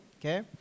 okay